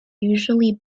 usually